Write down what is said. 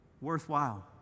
worthwhile